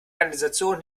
kanalisation